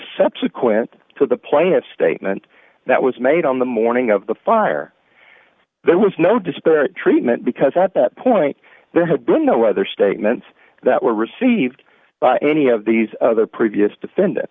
subsequent to the plaintiff's statement that was made on the morning of the fire there was no disparate treatment because at that point there had been no whether statements that were received by any of these other previous defend